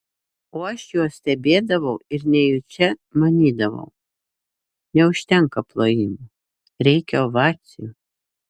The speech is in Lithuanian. o aš juos stebėdavau ir nejučia manydavau neužtenka plojimų reikia ovacijų